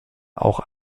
auch